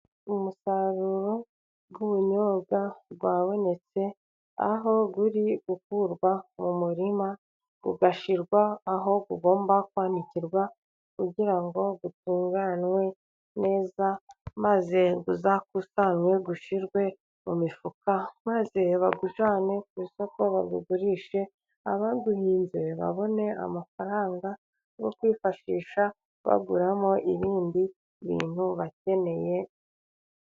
Umusaruro w’ubunyobwa wabonetse, aho uri gukurwa mu murima, ugashyirwa aho ugomba kwanikirwa kugira ngo utunganwe neza. Maze uzakusanywe, ushyirwe mu mifuka, maze bawujyane ku isoko, bawugurishe. Abawuhinze babone amafaranga yo kwifashisha, baguramo ibindi bintu bakeneye.